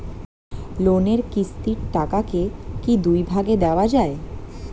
লোনের কিস্তির টাকাকে কি দুই ভাগে দেওয়া যায়?